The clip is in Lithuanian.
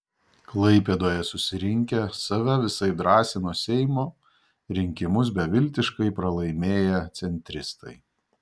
klaipėdoje susirinkę save visaip drąsino seimo rinkimus beviltiškai pralaimėję centristai